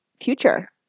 future